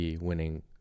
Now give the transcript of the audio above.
winning